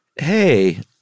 hey